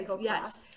Yes